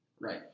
Right